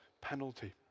penalty